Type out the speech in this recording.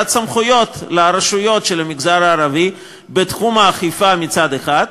העברת סמכויות לרשויות של המגזר הערבי בתחום האכיפה מצד אחד,